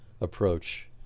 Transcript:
approach